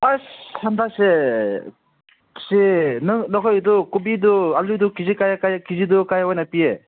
ꯑꯁ ꯍꯟꯗꯛꯁꯦ ꯁꯦ ꯅꯪ ꯅꯈꯣꯏꯒꯤꯗꯨ ꯀꯣꯕꯤꯗꯨ ꯑꯥꯜꯂꯨꯗꯨ ꯀꯦ ꯖꯤ ꯀꯌꯥ ꯀꯌꯥ ꯀꯦ ꯖꯤꯗꯨ ꯀꯌꯥ ꯑꯣꯏꯅ ꯄꯤꯌꯦ